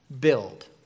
build